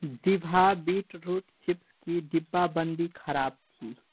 दिभा beetroot chips की डिब्बाबंदी खराब थी